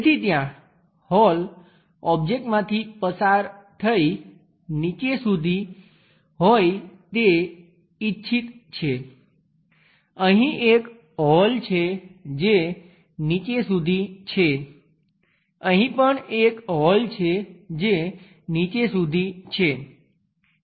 તેથી ત્યાં હોલ ઓબ્જેક્ટમાંથી પસાર થઈ નીચે સુધી હોય તે ઈચ્છિત છે અહીં એક હોલ છે જે નીચે સુધી છે અહીં પણ એક હોલ છે જે નીચે સુધી છે